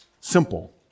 simple